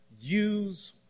Use